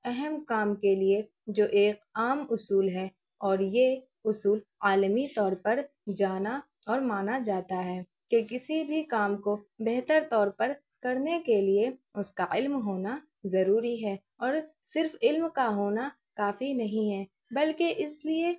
اہم کام کے لیے جو ایک عام اصول ہے اور یہ اصول عالمی طور پر جانا اور مانا جاتا ہے کہ کسی بھی کام کو بہتر طور پر کرنے کے لیے اس کا علم ہونا ضروری ہے اور صرف علم کا ہونا کافی نہیں ہے بلکہ اس لیے